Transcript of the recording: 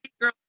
girl